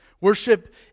Worship